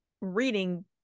reading